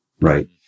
right